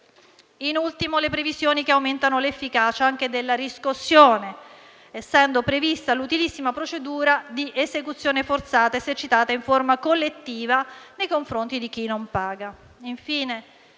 in ultimo, le previsioni che aumentano l'efficacia della riscossione, essendo prevista l'utilissima procedura di esecuzione forzata, esercitata in forma collettiva nei confronti di chi non paga.